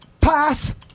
Pass